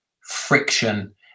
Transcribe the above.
friction